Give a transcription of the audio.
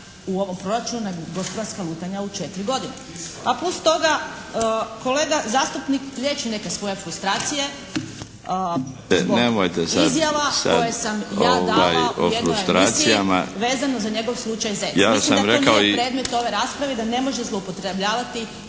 u ovom proračunu nego gospodarska lutanja u četiri godine. A plus toga kolega zastupnik liječi neke svoje frustracije zbog izjava koje sam ja dala u jednoj emisiji vezano za njegov slučaj Zec. Mislim da to nije predmet ove rasprave i da ne može zloupotrebljavati